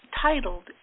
titled